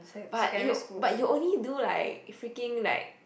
but you but you only do like freaking like